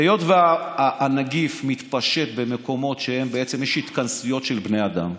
היות שהנגיף מתפשט במקומות שבהם בעצם יש התכנסויות של בני אדם,